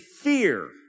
fear